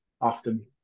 often